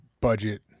budget